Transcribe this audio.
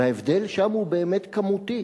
וההבדל שם הוא באמת כמותי,